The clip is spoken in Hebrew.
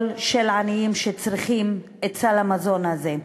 של עניים שצריכים את סל המזון הזה.